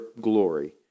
glory